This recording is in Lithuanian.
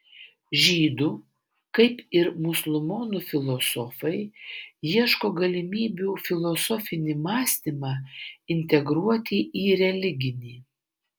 žydų kaip ir musulmonų filosofai ieško galimybių filosofinį mąstymą integruoti į religinį